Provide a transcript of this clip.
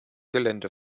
gelände